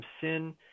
sin